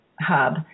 hub